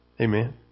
Amen